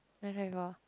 never do before